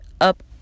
up